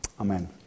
Amen